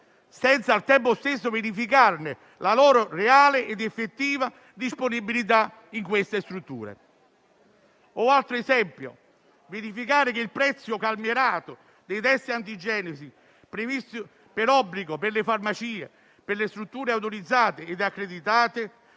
senza al tempo stesso verificarne la loro reale ed effettiva disponibilità in quelle strutture. Portando un altro esempio, occorre verificare che il prezzo calmierato dei test antigenici previsto per obbligo per le farmacie, per le strutture autorizzate e accreditate